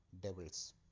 devils